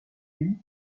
lui